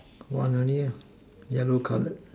one only ah yellow colour